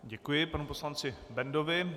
Děkuji panu poslanci Bendovi.